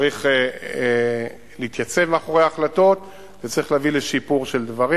צריך להתייצב מאחורי ההחלטות וצריך להביא לשיפור של דברים,